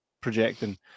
projecting